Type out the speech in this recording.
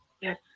yes